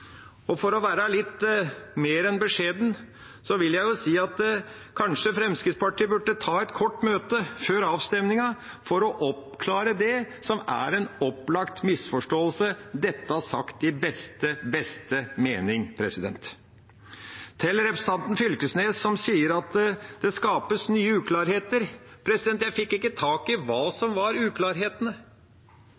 For å være litt mer enn beskjeden vil jeg si at kanskje Fremskrittspartiet burde ta et kort møte før avstemningen for å oppklare det som er en opplagt misforståelse – dette sagt i beste mening. Til representanten Knag Fylkesnes, som sier at det skapes nye uklarheter: Jeg fikk ikke tak i hva som